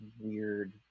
weird